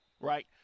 right